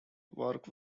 work